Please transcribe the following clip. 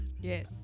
Yes